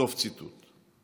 סוף ציטוט.